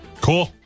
Cool